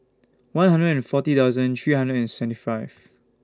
one hundred and forty thousand three hundred and seventy five